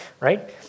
right